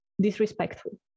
disrespectful